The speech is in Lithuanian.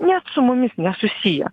net su mumis nesusiję